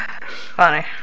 funny